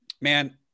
man